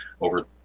over